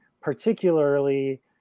particularly